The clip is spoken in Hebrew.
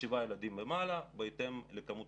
משבעה ילדים ומעלה בהתאם לכמות